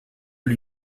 lui